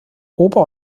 ober